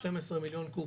שניים עשר מיליון קוב,